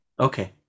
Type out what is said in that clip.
Okay